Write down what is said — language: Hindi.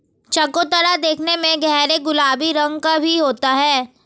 चकोतरा देखने में गहरे गुलाबी रंग का भी होता है